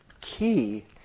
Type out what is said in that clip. key